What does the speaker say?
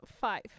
five